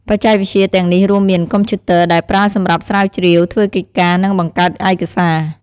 បច្ចេកវិទ្យាទាំងនេះរួមមាន កុំព្យូទ័រ ដែលប្រើសម្រាប់ស្រាវជ្រាវ ធ្វើកិច្ចការ និងបង្កើតឯកសារ។